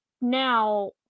now